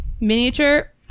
Miniature